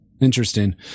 interesting